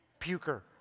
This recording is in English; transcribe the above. puker